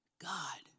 God